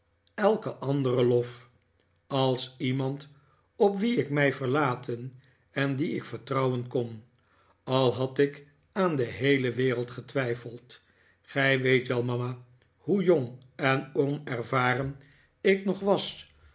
elke andere lof als iemand op wien ik mij verlaten en dien ik vertrouwen kon al had ik aan de heele wereld getwijfeld gij weet wel mama hoe jong en onervaren ik nog was